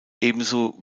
ebenso